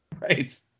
Right